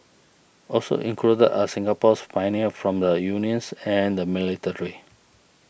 also included are Singapore's pioneers from the unions and the military